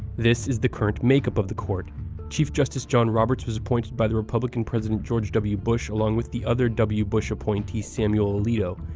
this is the current makeup of the court chief justice john roberts was appointed by the republican president george w. bush along with the other w. bush appointee samuel alito.